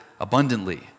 abundantly